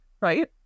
right